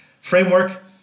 framework